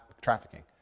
trafficking